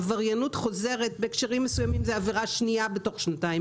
עבריינות חוזרת בהקשרים מסוימים זו עבירה שנייה בתוך שנתיים